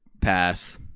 Pass